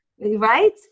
Right